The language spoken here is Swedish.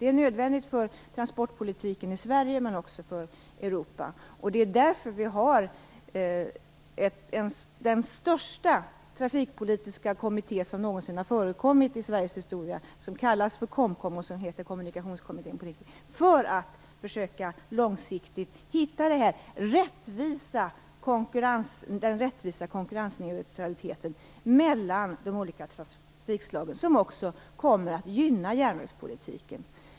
Det är nödvändigt för transportpolitiken i Sverige men också för Europa, och det är därför vi har den största trafikpolitiska kommitté som någonsin har förekommit i Sveriges historia - den kallas för KOMKOM och heter Kommunikationskommittén - för att försöka långsiktigt hitta den rättvisa konkurrensneutralitet mellan de olika trafikslagen som också kommer att gynna järnvägspolitiken.